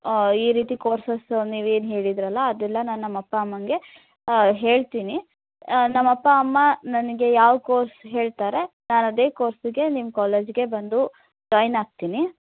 ಈ ರೀತಿ ಕೋರ್ಸಸ್ ನೀವು ಏನು ಹೇಳಿದಿರಲ್ಲ ಅದೆಲ್ಲ ನಾನು ನಮ್ಮ ಅಪ್ಪ ಅಮ್ಮನಿಗೆ ಹೇಳ್ತೀನಿ ನಮ್ಮ ಅಪ್ಪ ಅಮ್ಮ ನನಗೆ ಯಾವ ಕೋರ್ಸ್ ಹೇಳ್ತಾರೆ ನಾನು ಅದೇ ಕೋರ್ಸ್ಗೆ ನಿಮ್ಮ ಕಾಲೇಜ್ಗೆ ಬಂದು ಜಾಯಿನ್ ಆಗ್ತೀನಿ